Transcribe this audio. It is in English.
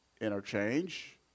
interchange